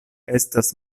estas